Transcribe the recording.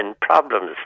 problems